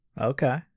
Okay